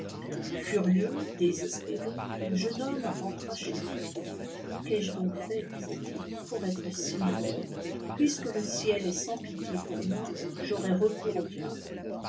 furieux désespéré le jeune homme rentra chez lui qu'ai-je donc fait disâit il pour être si malheureux puisque le ciel esl sans pitié pour moi j'aurai recours au diable